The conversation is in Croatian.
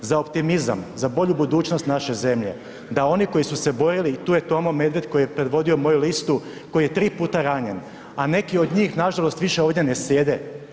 Za optimizam, za bolju budućnost naše zemlje, da oni koji su se borili, tu je Tomo Medved koji je predvodio moju listu, koji je 3 puta ranjen, a neki od njih nažalost više ovdje ne sjede.